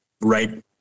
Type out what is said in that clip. right